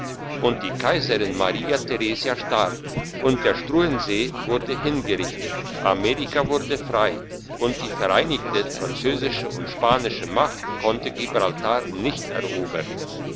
und die kaiserin maria theresia starb und der struensee wurde hingerichtet amerika wurde frei und die vereinigte französische und spanische macht konnte gibraltar nicht erobern